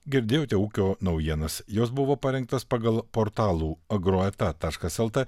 girdėjote ūkio naujienas jos buvo parengtos pagal portalų agroeta taškas lt